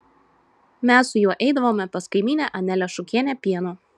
mes su juo eidavome pas kaimynę anelę šukienę pieno